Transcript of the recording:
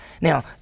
now